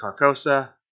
Carcosa